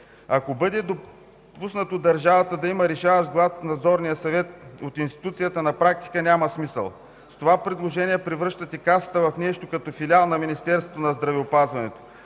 Ако бъде допуснато държавата да има решаващ глас в Надзорния съвет, от институцията на практика няма смисъл. С това предложение превръщате Касата в нещо като филиал на Министерството на здравеопазването.